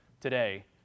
today